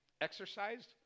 exercised